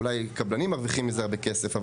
אולי קבלנים מרוויחים מזה הרבה כסף,